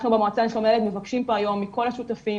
אנחנו המועצה לשלום הילד מבקשים פה היום מכל השותפים,